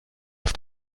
auf